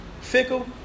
fickle